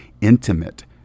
intimate